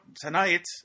tonight